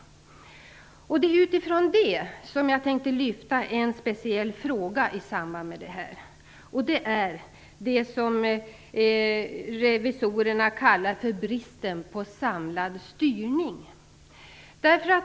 Mot denna bakgrund vill jag ta upp en speciell fråga här i kammaren, och det är det som revisorerna kallar bristen på samlad styrning.